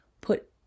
put